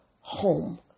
home